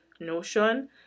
notion